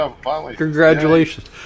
Congratulations